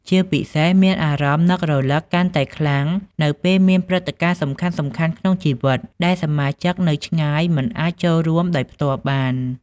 ជាពិសេស មានអារម្មណ៍នឹករលឹកកាន់តែខ្លាំងនៅពេលមាន ព្រឹត្តិការណ៍សំខាន់ៗក្នុងជីវិត ដែលសមាជិកនៅឆ្ងាយមិនអាចចូលរួមដោយផ្ទាល់បាន។